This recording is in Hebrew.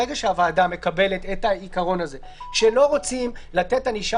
ברגע שהוועדה מקבלת את העיקרון הזה שלא רוצים לתת ענישה